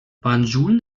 banjul